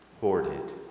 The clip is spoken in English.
hoarded